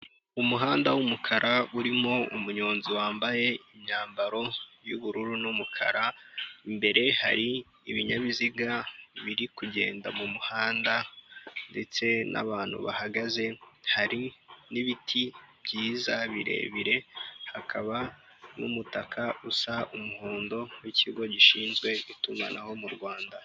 Umuhanda w'umukara urimo umunyonzi wambaye imyambaro y'ubururu n'umukara, imbere hari ibinyabiziga biri kugenda mu muhanda ndetse n'abantu bahagaze, hari n'ibiti byiza birebire hakaba n'umutaka usa umuhondo w'ikigo gishinzwe itumanaho mu Rwanda.